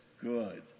good